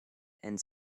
and